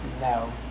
no